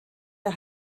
der